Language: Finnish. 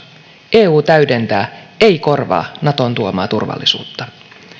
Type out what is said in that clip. eu täydentää ei korvaa naton tuomaa turvallisuutta